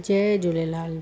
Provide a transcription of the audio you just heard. Jay Jhulelal